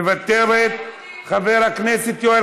מוותרת, חבר הכנסת יואל